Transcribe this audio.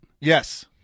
Yes